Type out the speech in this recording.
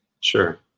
Sure